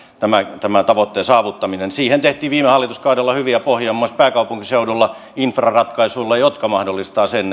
tämän tavoitteen saavuttaminen siihen tehtiin viime hallituskaudella hyviä pohjia esimerkiksi pääkaupunkiseudulla infraratkaisuilla jotka mahdollistavat sen